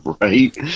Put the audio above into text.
Right